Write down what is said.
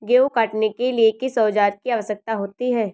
गेहूँ काटने के लिए किस औजार की आवश्यकता होती है?